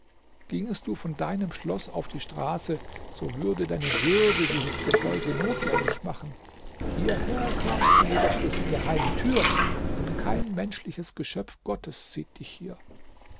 gingest du von deinem schloß auf die straße so würde deine würde dieses gefolge notwendig machen hierher kamst du jedoch durch die geheime tür und kein menschliches geschöpf gottes sieht dich hier